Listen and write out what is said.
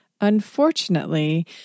Unfortunately